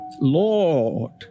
Lord